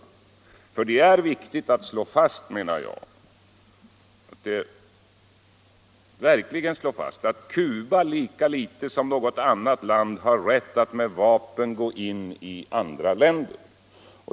Jag anser det mycket viktigt att verkligen slå fast att Cuba lika litet som något annat land har rätt att med vapen gå in i andra länder.